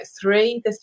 three